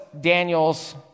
Daniel's